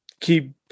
keep